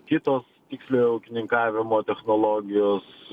kitos tiksliojo ūkininkavimo technologijos